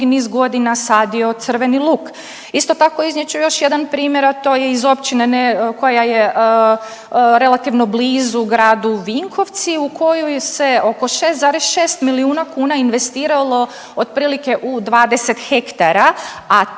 niz godina sadio crveni luk. Isto tako iznijet ću još jedan primjer, a to iz općine koja je relativno blizu gradu Vinkovci u kojoj se oko 6,6 milijuna kuna investiralo otprilike u 20 hektara, a